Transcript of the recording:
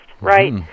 right